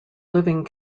living